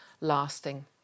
lasting